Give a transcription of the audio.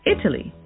Italy